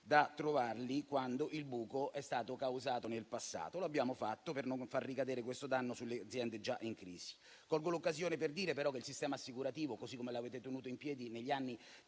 trovarli rispetto a un buco causato nel passato, ma lo abbiamo fatto per non far ricadere questo danno sulle aziende già in crisi. Colgo l'occasione per dire però che il sistema assicurativo - così come l'avete tenuto in piedi negli anni